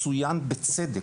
צויין בצדק,